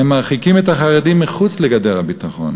הם מרחיקים את החרדים מחוץ לגדר הביטחון.